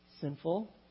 sinful